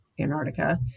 Antarctica